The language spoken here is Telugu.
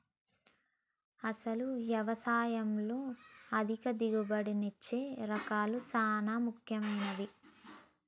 అసలు యవసాయంలో అధిక దిగుబడినిచ్చే రకాలు సాన ముఖ్యమైనవి